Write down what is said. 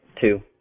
Two